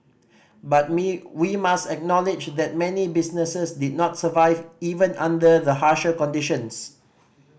but me we must acknowledge that many businesses did survive even under the harsher conditions